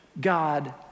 God